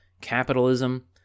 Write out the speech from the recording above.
capitalism